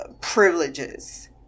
privileges